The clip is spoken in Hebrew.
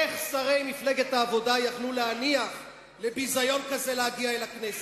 איך שרי מפלגת העבודה יכלו להניח לביזיון כזה להגיע אל הכנסת?